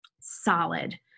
Solid